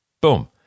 boom